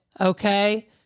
okay